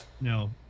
no